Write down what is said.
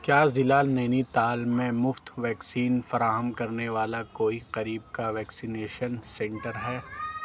کیا ضلع نینی تال میں مفت ویکسین فراہم کرنے والا کوئی قریب کا ویکسینیشن سنٹر ہے